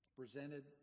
presented